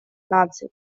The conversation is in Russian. наций